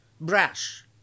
Brash